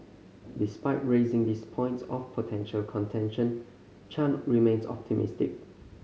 despite raising these points of potential contention Chan remains optimistic